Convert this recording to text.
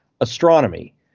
astronomy